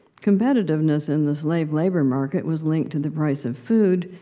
competitiveness in the slave labor market was linked to the price of food,